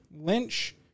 Lynch